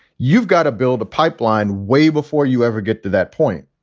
you've got to build a pipeline way before you ever get to that point.